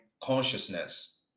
consciousness